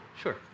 sure